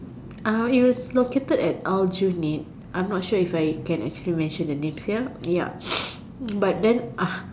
uh it was located at Aljunied I'm not sure if I can actually mention the name here ya but then